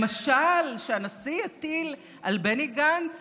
למשל שהנשיא יטיל על בני גנץ,